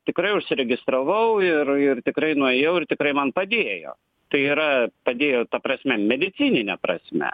tikrai užsiregistravau ir ir tikrai nuėjau ir tikrai man padėjo tai yra padėjo ta prasme medicinine prasme